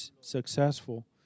successful